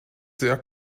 sehr